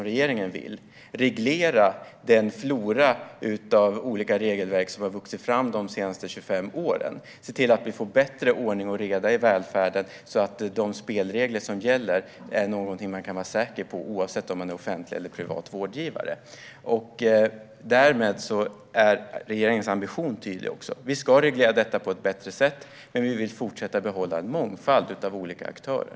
Regeringen vill reglera den flora av olika regelverk som har vuxit fram de senaste 25 åren och se till att vi får bättre ordning och reda i välfärden, så att man kan vara säker på vilka spelregler som gäller, oavsett om man är offentlig eller privat vårdgivare. Därmed är regeringens ambition också tydlig. Vi ska reglera detta på ett bättre sätt, men vi vill behålla en mångfald av olika aktörer.